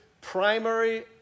primary